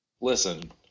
listen